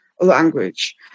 language